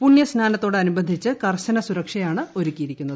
പുണ്യസ്നാനത്തോട് അനുബന്ധിച്ച് കർശന സുരക്ഷയാണ് ഒരുക്കിയിരിക്കുന്നത്